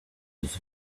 his